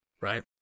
Right